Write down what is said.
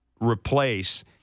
replace